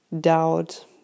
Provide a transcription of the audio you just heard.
doubt